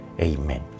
Amen